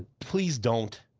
please don't.